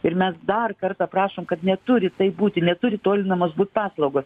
ir mes dar kartą prašom kad neturi taip būti neturi tolinamos būt paslaugos